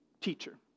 teacher